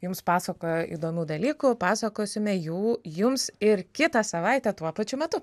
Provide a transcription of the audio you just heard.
jums pasakojo įdomių dalykų pasakosime jų jums ir kitą savaitę tuo pačiu metu